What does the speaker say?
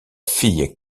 fille